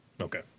Okay